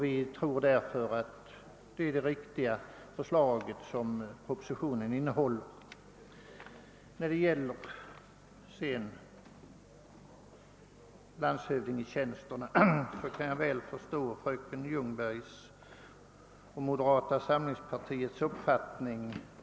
Vi tror därför att det förslag som framläggs i propositionen är riktigt.